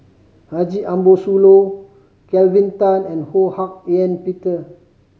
Haji Ambo Sooloh Kelvin Tan and Ho Hak Ean Peter